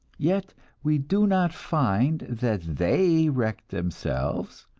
yet we do not find that they wrecked themselves.